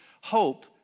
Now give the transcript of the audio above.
Hope